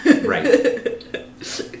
right